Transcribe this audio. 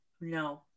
No